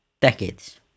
decades